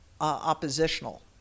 oppositional